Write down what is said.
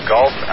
Golf